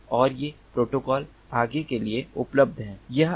और ये प्रोटोकॉल आगे के लिए उपलब्ध हैं